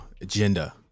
Agenda